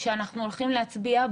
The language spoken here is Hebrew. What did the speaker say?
שאנחנו הולכים להצביע,